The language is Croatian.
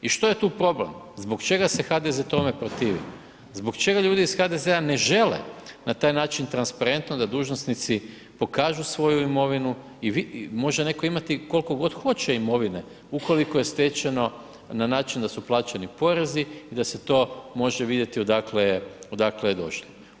I što je tu problem, zbog čega se HDZ tome protivi, zbog čega ljudi iz HDZ-a ne žele na taj način transparentno da dužnosnici pokažu svoju imovinu, može netko imati kolko god hoće imovine ukoliko je stečeno na način da su plaćeni porezi i da se to može vidjeti odakle je došlo.